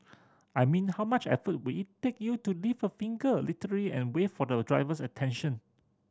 I mean how much effort would it take you to lift a finger literal and wave for the driver's attention